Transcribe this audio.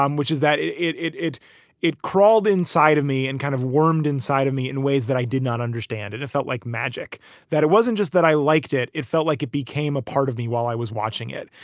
um which is that it. it it crawled inside of me and kind of wormed inside of me in ways that i did not understand it. it felt like magic that it wasn't just that i liked it. it felt like it became a part of me while i was watching it.